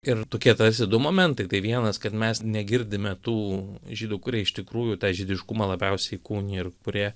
ir tokie tarsi du momentai tai vienas kad mes negirdime tų žydų kurie iš tikrųjų tą žydiškumą labiausiai įkūnija ir kurie